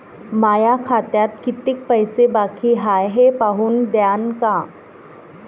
माया खात्यात कितीक पैसे बाकी हाय हे पाहून द्यान का?